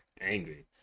angry